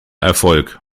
erfolg